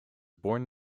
born